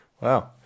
Wow